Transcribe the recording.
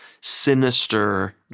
sinister